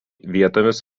vietomis